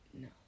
No